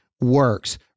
works